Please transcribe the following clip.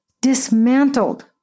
dismantled